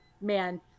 man